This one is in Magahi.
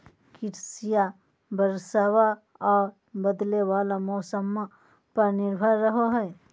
कृषिया बरसाबा आ बदले वाला मौसम्मा पर निर्भर रहो हई